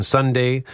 Sunday